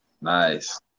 nice